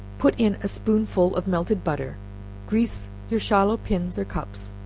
put in a spoonful of melted butter grease your shallow pins or cups,